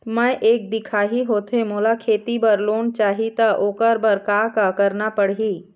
मैं एक दिखाही होथे मोला खेती बर लोन चाही त ओकर बर का का करना पड़ही?